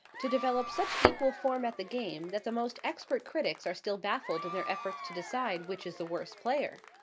to develop such equal form at the game that the most expert critics are still baffled in their efforts to decide which is the worse player.